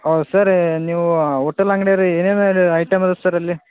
ಹೌದ್ ಸರ್ ನೀವೂ ಹೋಟೆಲ್ ಅಂಗ್ಡೆಲಿ ಏನೇನು ಅದು ಐಟಮ್ ಅದ ಸರ್ ಅಲ್ಲಿ